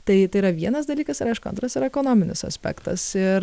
tai tai yra vienas dalykas ir aišku antras yra ekonominis aspektas ir